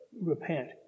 repent